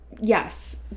yes